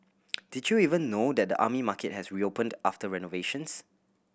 did you even know that the Army Market has reopened after renovations